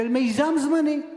של מיזם זמני.